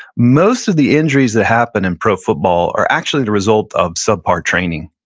most of the injuries that happen in pro football are actually the result of subpar training,